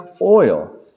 oil